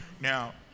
now